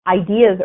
ideas